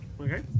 Okay